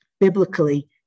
Biblically